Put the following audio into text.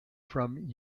from